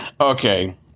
Okay